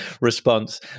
response